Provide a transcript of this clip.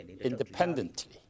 independently